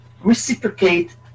reciprocate